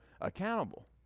accountable